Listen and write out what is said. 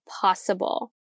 possible